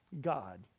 God